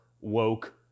woke